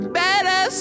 better